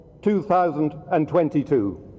2022